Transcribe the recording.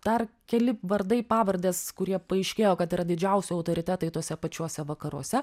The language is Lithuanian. dar keli vardai pavardės kurie paaiškėjo kad yra didžiausi autoritetai tose pačiuose vakaruose